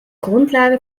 grundlage